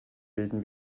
bilden